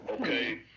Okay